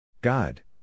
God